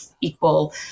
equal